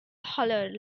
hollered